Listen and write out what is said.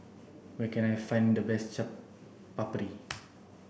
where can I find the best Chaat Papri